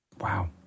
Wow